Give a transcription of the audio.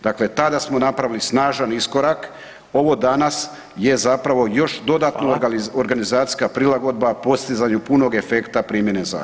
Dakle, tada smo napravili snažan iskorak, ovo danas je zapravo još dodatno organizacijska prilagodba u postizanju puno efekta primjene zakona.